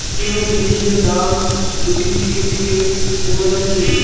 কুনো জিনিসের দাম যদি থিকে থিকে কোমে যাচ্ছে